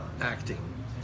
acting